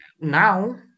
now